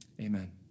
amen